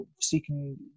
Seeking